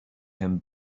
him